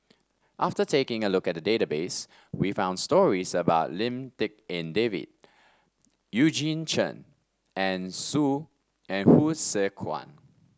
after taking a look at the database we found stories about Lim Tik En David Eugene Chen and Hsu a and Tse Kwang